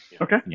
Okay